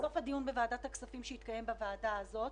בסוף הדיון שהתקיים בוועדה הזאת